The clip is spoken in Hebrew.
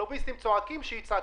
אם הלוביסטים צועקים - שיצעקו.